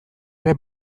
ere